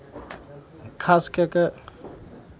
खास कऽ कऽ